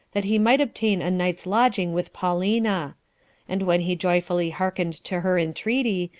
that he might obtain a night's lodging with paulina and when he joyfully hearkened to her entreaty,